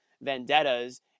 vendettas